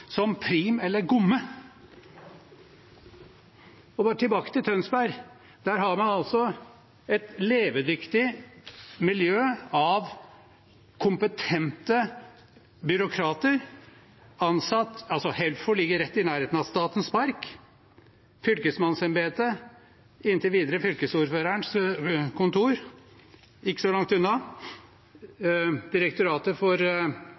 som prim eller gomme. Og tilbake til Tønsberg: Der har man et levedyktig miljø av kompetente byråkrater. Helfo ligger rett i nærheten av Statens park, fylkesmannsembetet – inntil videre fylkesordførerens kontor – ikke så langt unna, Direktoratet for